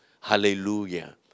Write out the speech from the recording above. Hallelujah